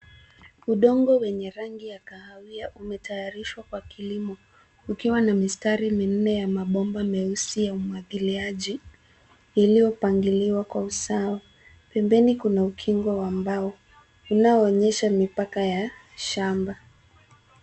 Udongo wenye rangi ya kahawia umetayarishwa wa kilimo ukiwa na mistari minne ya mabomba meusi ya umwagiliaji iliyopangiliwa kwa usawa. Pembeni kuna ukingo wa mbao unaonyesha mipaka ya shamba.